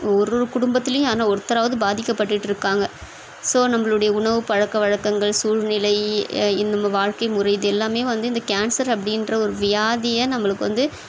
ஒரு குடும்பத்துலையும் யாருனா ஒருத்தராவது பாதிக்கப்பட்டுகிட்டு இருக்காங்க ஸோ நம்பளுடைய உணவு பழக்க வழக்கங்கள் சூழ்நிலை இந்த நம்ம வாழ்க்கை முறை இது எல்லாமே வந்து இந்த கேன்சர் அப்படின்ற ஒரு வியாதியை நம்மளுக்கு வந்து